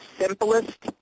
simplest